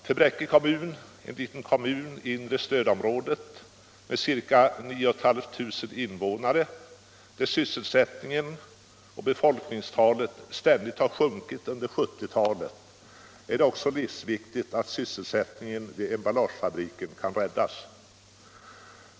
För Bräcke kommun =— en liten kommun i inre stödområdet med ca 9 500 invånare där sysselsättningen och befolkningstalet ständigt sjunkit under 1970-talet — är det också livsviktigt att sysselsättningen vid emballagefabriken kan räddas.